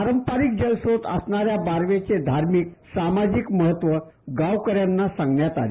पारंपारिक जलस्रोत असणाऱ्या बारवेचे धार्मिक सामाजिक महत्त्व गावकऱ्यांना सांगण्यात आले